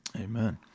Amen